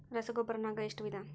ರಸಗೊಬ್ಬರ ನಾಗ್ ಎಷ್ಟು ವಿಧ?